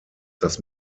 das